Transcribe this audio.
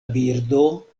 birdo